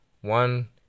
one